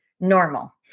normal